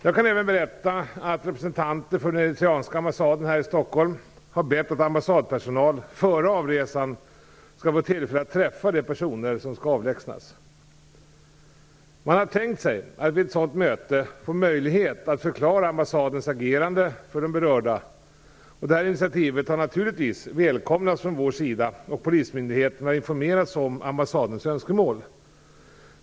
Jag kan även berätta att representanter för den eritreanska ambassaden här i Stockholm har bett att ambassadpersonal, före avresan, skall få tillfälle att träffa de personer som skall avlägsnas. Man har tänkt sig att vid ett sådant möte få möjlighet att för de berörda förklara ambassadens agerande. Detta inititativ har naturligtvis välkomnats från vår sida, och polismyndigheterna har informerats om ambassadens önskemål.